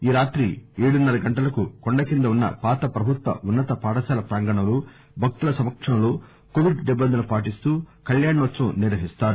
ఈ రాత్రి ఏడున్నర గంటలకు కొండ కింద ఉన్నపాత ప్రభుత్వ ఉన్నత పాఠశాల ప్రాంగణంలో భక్తుల సమక్షంలో కోవిడ్ నిబంధనలు పాటిస్తూ కల్యాణోత్సవం నిర్వహిస్తారు